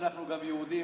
שאנחנו גם יהודים,